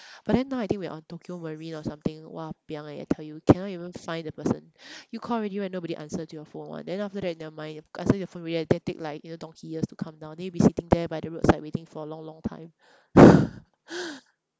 but then now I think we're on Tokio Marine or something !wah! piang eh I tell you cannot even find the person you call already right nobody answer to your phone !wah! then after that never mind answer your phone then take like donkey years to come down then you'll be sitting there by the roadside waiting for long long time